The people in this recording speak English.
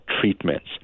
treatments